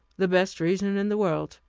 the best reason in the world.